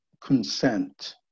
Consent